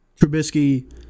Trubisky